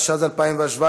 התשע"ז 2017,